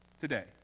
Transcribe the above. today